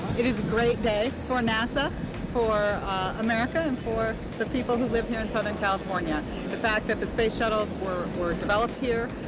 it is a great day for nasa for america and for the people who live here in southern california. the fact that the space shuttles were were developed here,